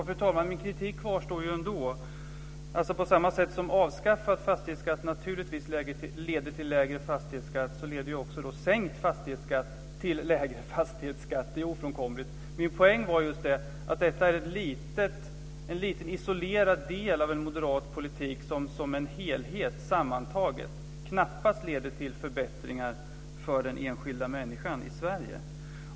Fru talman! Min kritik kvarstår ändå. På samma sätt som avskaffad fastighetsskatt naturligtvis leder till lägre fastighetsskatt, så leder ju också sänkt fastighetsskatt till lägre fastighetsskatt. Det är ju ofrånkomligt. Min poäng var att detta är en liten isolerad del av en moderat politik som sammantaget knappast leder till förbättringar för den enskilda människan i Sverige.